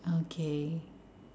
okay